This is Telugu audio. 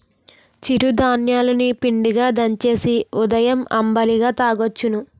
చిరు ధాన్యాలు ని పిండిగా దంచేసి ఉదయం అంబలిగా తాగొచ్చును